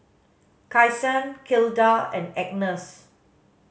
Kyson Gilda and Agness